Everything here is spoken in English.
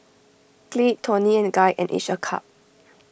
Glade Toni and Guy and each a cup